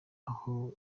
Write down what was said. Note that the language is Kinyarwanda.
aho